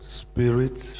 spirits